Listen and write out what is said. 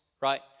right